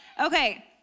Okay